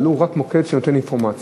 אבל הוא מוקד שנותן רק אינפורמציה: